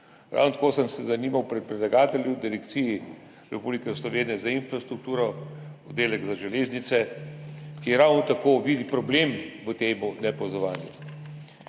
Ravno tako sem se zanimal pri predlagatelju, Direkciji Republike Slovenije za infrastrukturo, oddelek za železnice, ki ravno tako vidi problem v tem nepovezovanju.